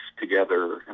together